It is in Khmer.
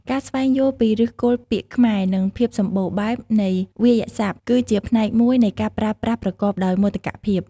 ការស្វែងយល់ពីឫសគល់ពាក្យខ្មែរ និងភាពសម្បូរបែបនៃវាក្យសព្ទ ក៏ជាផ្នែកមួយនៃការប្រើប្រាស់ប្រកបដោយមោទកភាព។